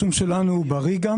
השום שלנו הוא בריא.